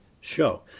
show